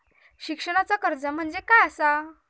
शिक्षणाचा कर्ज म्हणजे काय असा?